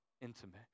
intimate